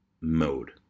mode